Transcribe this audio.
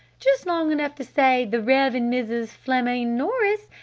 just long enough to say the rev. and mrs. flamande nourice,